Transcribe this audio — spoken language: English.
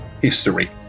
history